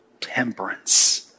temperance